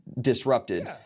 disrupted